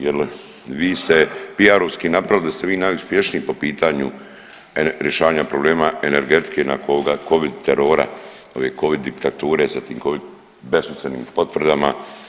Jer vi ste PR-ovski napravili da ste vi najuspješniji po pitanju rješavanja problema energetike nakon ovog covid terora, ove covid diktature sa tim covid besmislenim potvrdama.